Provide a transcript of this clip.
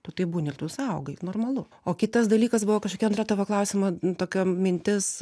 tu tai būni ir tu saugai normalu o kitas dalykas buvo kažkokia antra tavo klausimo tokio mintis